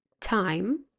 Time